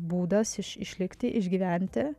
būdas iš išlikti išgyventi